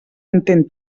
entén